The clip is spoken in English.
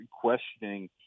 questioning